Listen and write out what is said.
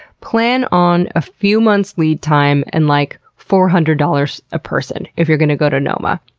plan on a few months lead time and, like, four hundred dollars a person, if you're going to go to noma.